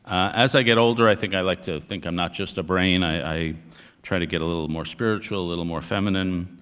as i get older, i think i like to think i'm not just a brain. i try to get a little more spiritual, a little more feminine.